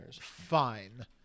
fine